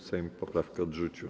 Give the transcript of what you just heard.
Sejm poprawkę odrzucił.